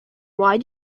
why